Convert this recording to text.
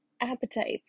appetites